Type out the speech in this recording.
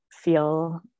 feel